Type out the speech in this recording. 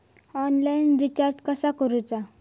Online recharge कसा करूचा?